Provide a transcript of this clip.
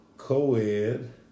co-ed